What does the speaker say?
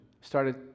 started